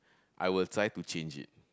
I will try to change it